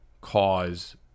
cause